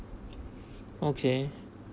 okay